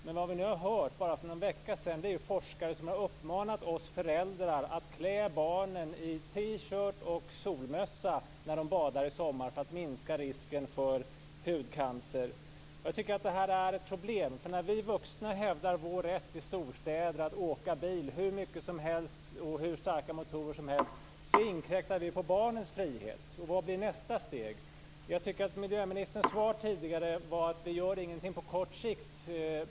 Men för bara någon vecka sedan hörde vi forskare som uppmanade oss föräldrar att klä barnen i t-shirt och solmössa när de badar i sommar för att minska risken för hudcancer. Jag tycker att det här är ett problem. När vi vuxna hävdar vår rätt att i storstäder åka bil hur mycket som helst och med hur starka motorer som helst inkräktar vi på barnens frihet. Vad blir nästa steg? Jag tyckte att miljöministern svarade tidigare att man inte gör någonting på kort sikt.